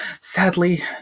Sadly